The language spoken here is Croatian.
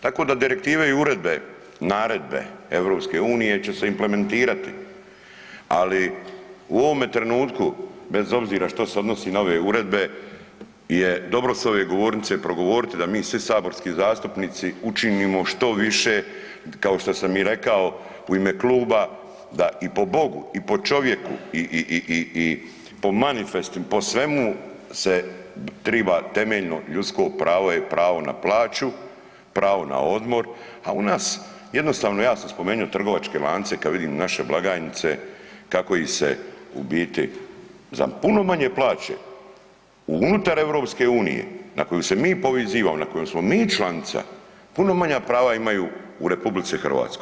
Tako da direktive i uredbe, naredbe EU će se implementirati ali u ovome trenutku bez obzira što se odnosi na ove uredbe je dobro s ove govornice progovoriti da mi svi saborski zastupnici učinimo što više, kao što sam i rekao, u ime kluba da i po Bogu i po čovjeku i, i, i, i, i po manifestim, po svemu se triba, temeljno ljudsko pravo je pravo na plaću, pravo na odmor, a u nas, jednostavno ja sam spomenuo trgovačke lance kad vidim naše blagajnice kako ih se u biti za puno manje plaće unutar EU na koju se mi pozivamo, na kojoj smo mi članica, puno manja prava imaju u RH.